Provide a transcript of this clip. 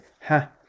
Ha